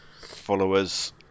followers